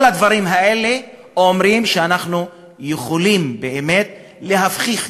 כל הדברים האלה אומרים שאנחנו יכולים באמת להפחית,